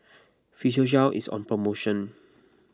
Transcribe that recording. Physiogel is on promotion